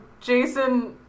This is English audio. Jason